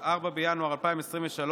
4 בינואר 2023,